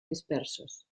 dispersos